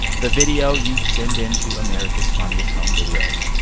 the video you'd send into america's funniest home videos.